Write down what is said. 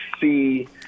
see